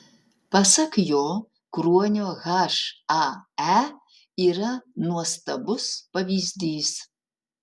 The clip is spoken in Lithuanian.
pasak jo kruonio hae yra nuostabus pavyzdys